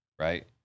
right